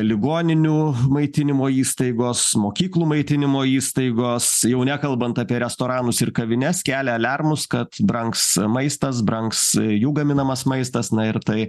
ligoninių maitinimo įstaigos mokyklų maitinimo įstaigos jau nekalbant apie restoranus ir kavines kelia aliarmus kad brangs maistas brangs jų gaminamas maistas na ir tai